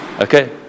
Okay